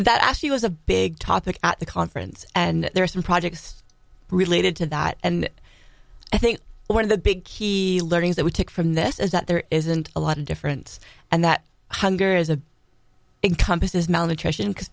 that actually was a big topic at the conference and there are some projects related to that and i think one of the big key learnings that we take from this is that there isn't a lot of difference and that hunger is a encompasses malnutrition because